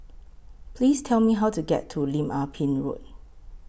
Please Tell Me How to get to Lim Ah Pin Road